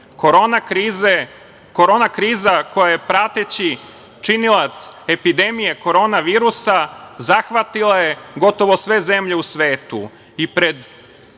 korona kriza koja je prateći činilac epidemije korona virusa zahvatila je gotovo sve zemlje u svetu